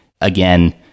again